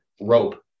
rope